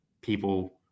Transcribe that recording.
people